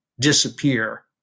disappear